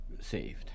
saved